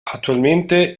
attualmente